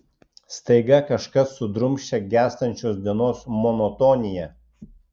staiga kažkas sudrumsčia gęstančios dienos monotoniją